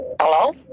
hello